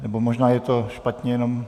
Nebo možná je to špatně jenom...